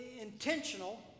intentional